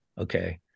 okay